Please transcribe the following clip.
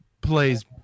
plays